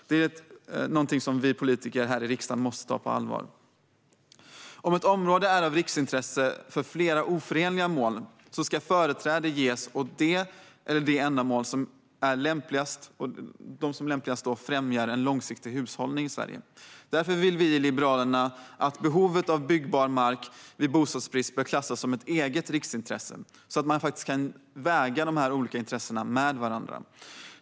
Detta måste vi politiker här i riksdagen ta på allvar. Om ett område är av riksintresse för flera oförenliga ändamål ska företräde ges åt det eller de ändamål som lämpligast främjar en långsiktig hushållning i Sverige. Därför vill vi i Liberalerna att behovet av byggbar mark vid bostadsbrist bör klassas som ett eget riksintresse. Då kan man väga de olika intressena mot varandra.